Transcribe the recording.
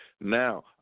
Now